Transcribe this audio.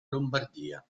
lombardia